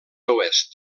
oest